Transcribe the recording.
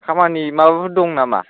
खामानि माबाफोर दं नामा